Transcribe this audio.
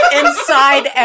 inside